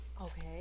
Okay